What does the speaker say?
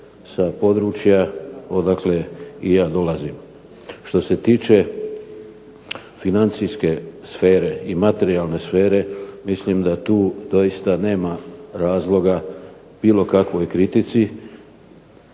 sa područja odakle i ja dolazim. Što se tiče financijske sfere i materijalne sfere mislim da tu doista nema razloga bilo kakvoj kritici.